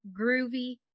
Groovy